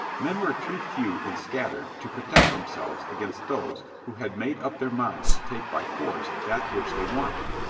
men were too few and scattered to protect themselves against those who had made up their minds to take by force that which they wanted,